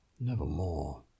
nevermore